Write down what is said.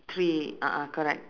three a'ah correct